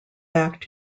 back